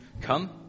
come